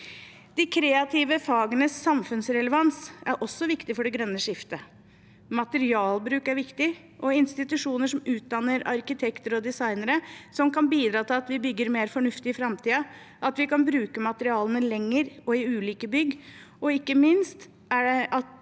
De kreative fagenes samfunnsrelevans er også viktig for det grønne skiftet. Materialbruk er viktig og også institusjoner som utdanner arkitekter og designere, som kan bidra til at vi bygger mer fornuftig i framtiden, at vi kan bruke materialene lenger i ulike bygg, og ikke minst er det de